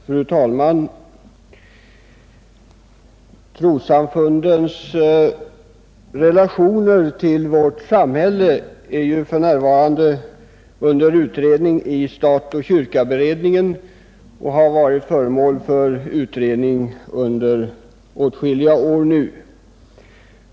Fru talman! Trossamfundens relationer till vårt samhälle är ju för närvarande under utredning i 1968 års beredning om stat och kyrka och har varit föremål för utredning under åtskilliga år.